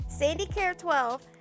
sandycare12